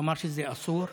אמר שזה אסור,